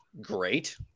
great